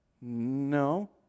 No